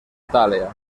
itàlia